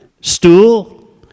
Stool